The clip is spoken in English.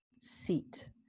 seat